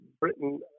Britain